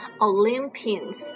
Olympians